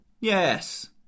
Yes